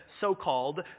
so-called